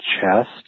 chest